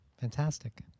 fantastic